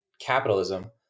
capitalism